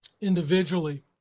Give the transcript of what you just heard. individually